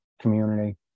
community